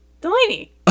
Delaney